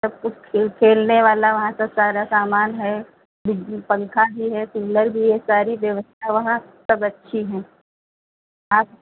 सब कुछ खेल खलने वाला वहाँ सब सारा समान है पंखा भी है कूलर भी है सारी व्यवस्था वहाँ सब अच्छी हैं आप